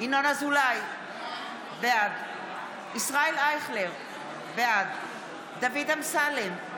ינון אזולאי, בעד ישראל אייכלר, בעד דוד אמסלם,